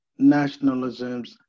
nationalisms